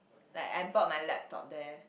like I bought my laptop there